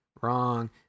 Wrong